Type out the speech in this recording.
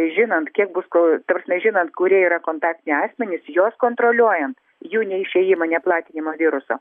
žinant kiek bus ko ta prasme žinant kurie yra kontaktiniai asmenys juos kontroliuojant jų neišėjimą neplatinimą viruso